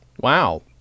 Wow